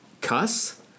cuss